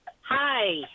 Hi